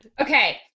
Okay